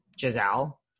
Giselle